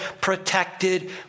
protected